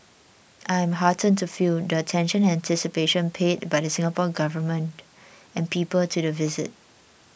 I'm heartened to feel the attention and anticipation paid by the Singapore Government and people to the visit